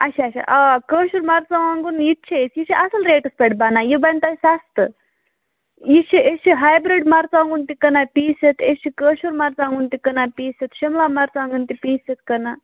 اَچھا اَچھا آ کٲشُر مرژٕوانٛگُن یِتہٕ چھِ اَسہِ یہِ چھِ اَصٕل ریٹَس پٮ۪ٹھ بنان یہِ بنہِ تۄہہِ سَستہٕ یہِ چھِ أسۍ چھِ ہاے بریٖڈ مرژٕوانٛگُن تہِ کٕنان پیٖسِتھ أسۍ چھِ کٲشُر مرژٕوانٛگُن تہِ کٕنان پیٖسِتھ شُملا مرژٕوانٛگُن تہِ پیٖسِتھ کٕنان